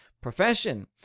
profession